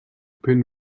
pin